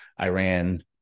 Iran